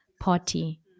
party